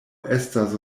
estas